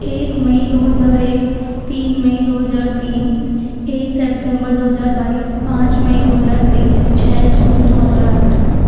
ایک مئی دو ہزار ایک تین مئی دو ہزار تین ایک سپتمبر دو ہزار بائیس پانچ مئی دو ہزار تیئیس چھ جون دو ہزار آٹھ